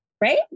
right